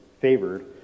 favored